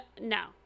no